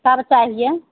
कब चाहिए